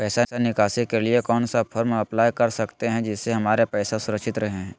पैसा निकासी के लिए कौन सा फॉर्म अप्लाई कर सकते हैं जिससे हमारे पैसा सुरक्षित रहे हैं?